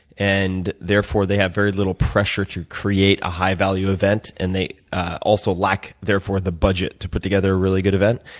and therefore, they have very little pressure to create a high value event. and they also lack, therefore, the budget to put together a really good event.